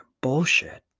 bullshit